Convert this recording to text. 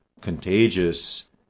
contagious